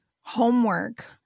homework